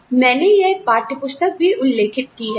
और मैंने यह पाठ्यपुस्तक भी उल्लिखित की है